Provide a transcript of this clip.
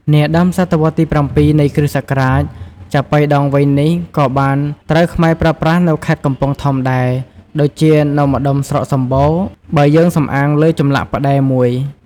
នាដើមសតវត្សរ៍ទី៧ នៃគ្រិស្តសករាជ ចាប៉ីដងវែងនេះក៏បានត្រូវខ្មែរប្រើប្រាស់នៅខេត្តកំពង់ធំដែរ ដូចជានៅម្តុំស្រុកសម្បូរ បើយើងសំអាងលើចម្លាក់ផ្តែរមួយ។